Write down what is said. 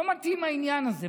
לא מתאים העניין הזה.